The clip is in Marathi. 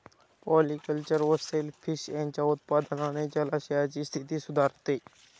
पॉलिकल्चर व सेल फिश यांच्या उत्पादनाने जलाशयांची स्थिती सुधारते